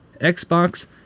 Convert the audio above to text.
Xbox